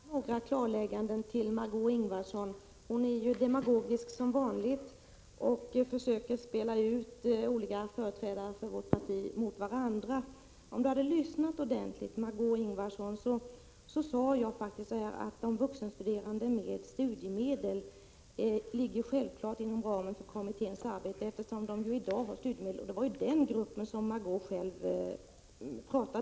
Fru talman! Jag vill göra några klarlägganden till Margö Ingvardsson — hon är ju som vanligt demagogisk och försöker spela ut olika företrädare för vårt parti mot varandra. Om Margö Ingvardsson hade lyssnat ordentligt, hade hon hört att jag faktiskt sade att de vuxenstuderande med studiemedel självfallet ligger inom ramen för kommitténs arbete, eftersom de i dag har studiemedel. Det var ju den gruppen som Margö Ingvardsson själv tog upp.